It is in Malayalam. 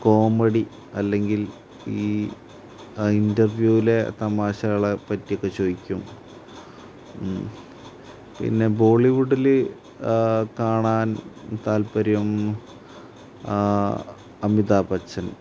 കോമഡി അല്ലെങ്കിൽ ഈ അ ഇൻറ്റർവ്യൂവിലെ തമാശകളെ പറ്റിയൊക്കെ ചോദിക്കും പിന്നെ ബോളിവുഡിൽ കാണാൻ താത്പര്യം അമിതാ ബച്ചൻ